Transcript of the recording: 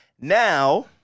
Now